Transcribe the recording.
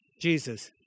Jesus